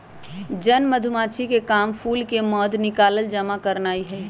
जन मधूमाछिके काम फूल से मध निकाल जमा करनाए हइ